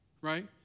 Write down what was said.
Right